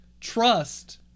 trust